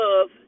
love